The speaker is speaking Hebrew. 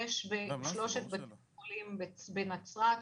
יש בשלושת בתי החולים בנצרת,